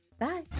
Bye